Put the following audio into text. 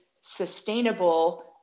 sustainable